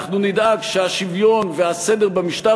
אנחנו נדאג שהשוויון והסדר במשטר